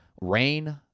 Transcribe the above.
Rain